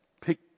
pick